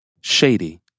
shady